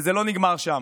וזה לא נגמר שם.